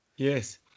Yes